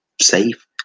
safe